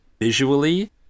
visually